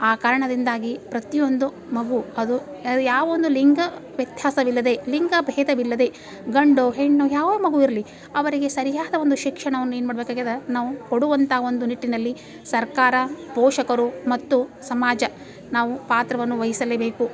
ಆ ಕಾರಣದಿಂದಾಗಿ ಪ್ರತಿಯೊಂದು ಮಗು ಅದು ಅದು ಯಾವ ಒಂದು ಲಿಂಗ ವ್ಯತ್ಯಾಸವಿಲ್ಲದೆ ಲಿಂಗ ಭೇದವಿಲ್ಲದೆ ಗಂಡೋ ಹೆಣ್ಣೋ ಯಾವ ಮಗು ಇರಲಿ ಅವರಿಗೆ ಸರಿಯಾದ ಒಂದು ಶಿಕ್ಷಣವನ್ನ ಏನು ಮಾಡ್ಬೇಕು ಆಗ್ಯದ ನಾವು ಕೊಡುವಂಥ ಒಂದು ನಿಟ್ಟಿನಲ್ಲಿ ಸರ್ಕಾರ ಪೋಷಕರು ಮತ್ತು ಸಮಾಜ ನಾವು ಪಾತ್ರವನ್ನು ವಹಿಸಲೇಬೇಕು